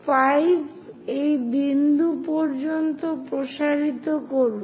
5 এই বিন্দু পর্যন্ত প্রসারিত করুন